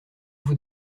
vous